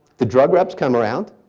the drug reps come around.